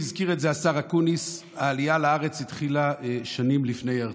והזכיר את זה השר אקוניס: העלייה לארץ התחילה שנים לפני הרצל.